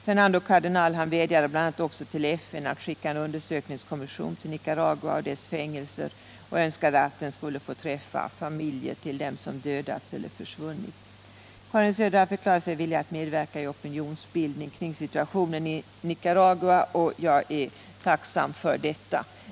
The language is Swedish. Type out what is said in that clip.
Fernando Cardenal vädjade bl.a. också till FN att skicka en undersökningskommission till Nicaragua och dess fängelser samt önskade att den skulle få träffa familjerna till dem som dödats eller försvunnit. Karin Söder har förklarat sig villig att medverka i opinionsbildning kring situationen i Nicaragua. Jag är tacksam för detta.